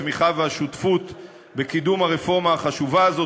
התמיכה והשותפות בקידום הרפורמה החשובה הזאת,